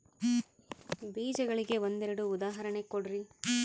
ಬೇಜಗಳಿಗೆ ಒಂದೆರಡು ಉದಾಹರಣೆ ಕೊಡ್ರಿ?